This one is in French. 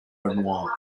noire